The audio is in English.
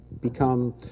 become